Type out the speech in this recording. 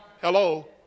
Hello